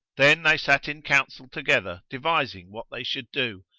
then they sat in counsel together devising what they should do,